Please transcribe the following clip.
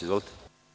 Izvolite.